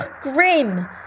grim